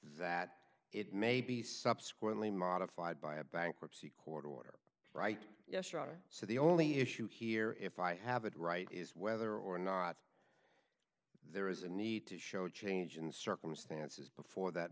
that it may be subsequently modified by a bankruptcy court order right yesterday so the only issue here if i have it right is whether or not there is a need to show change in circumstances before that